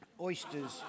oysters